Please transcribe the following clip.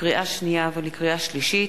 לקריאה שנייה ולקריאה שלישית,